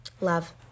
love